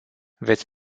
veți